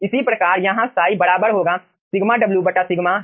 इसी प्रकार यहाँ साई Ψ बराबर होगा σwσ है